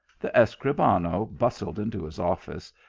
the escribano bustled into his office,